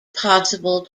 possible